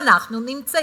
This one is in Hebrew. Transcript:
פתרונות שייתנו ל"הדסה"